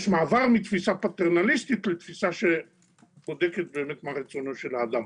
יש מעבר מתפיסה פטרנליסטית לתפיסה שבודקת מה רצונו של האדם.